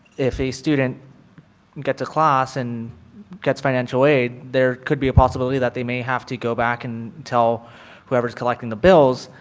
if a student get to class and gets financial aid, there could be a possibility that they may have to go back and tell whoever is collecting the bills,